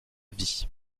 vie